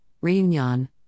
Reunion